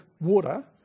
water